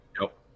Nope